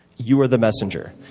you are the messenger.